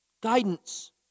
Guidance